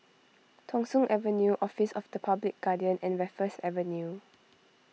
Thong Soon Avenue Office of the Public Guardian and Raffles Avenue